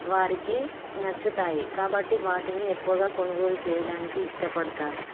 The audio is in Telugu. వారికి నచ్చుతాయి కాబట్టి వాటిని ఎక్కువగా కొనుగోలు చేయడానికి ఇష్టపడతారు